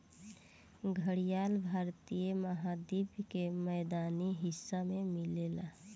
घड़ियाल भारतीय महाद्वीप के मैदानी हिस्सा में मिलेला